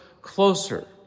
closer